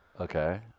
Okay